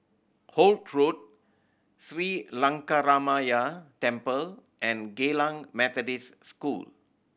Holt Road Sri Lankaramaya Temple and Geylang Methodist School